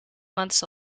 months